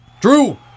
Drew